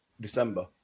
December